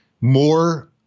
more